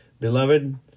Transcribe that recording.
Beloved